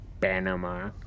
Panama